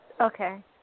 Okay